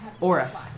Aura